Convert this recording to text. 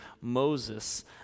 Moses